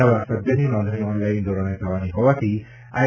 નવા સભ્યની નોંધણી ઓનલાઇન ધોરણે થવાની હોવાથી આઈ